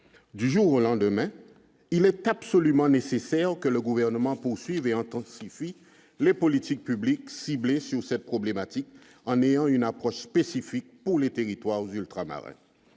du jour au lendemain, il est absolument nécessaire que le gouvernement poursuive et intensifie les politiques publiques ciblée sur cette problématique en ayant une approche spécifique pour les territoires ultramarins